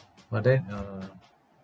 but then uh